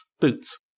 boots